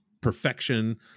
perfection